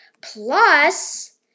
plus